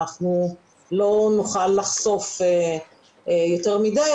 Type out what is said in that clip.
אנחנו לא נוכל לחשוף יותר מדי,